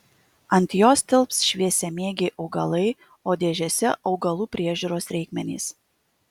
ant jos tilps šviesamėgiai augalai o dėžėse augalų priežiūros reikmenys